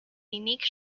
unique